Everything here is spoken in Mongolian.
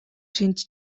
шинж